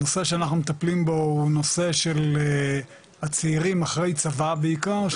הנושא שאנחנו מטפלים בו הוא נושא של הצעירים אחרי צבא בעיקר,